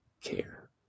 care